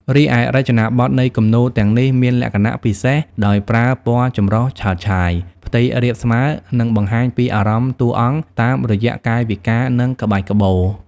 រីឯ រចនាប័ទ្មនៃគំនូរទាំងនេះមានលក្ខណៈពិសេសដោយប្រើពណ៌ចម្រុះឆើតឆាយ ផ្ទៃរាបស្មើ និងបង្ហាញពីអារម្មណ៍តួអង្គ តាមរយៈកាយវិការ និងក្បាច់ក្បូរ។